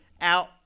out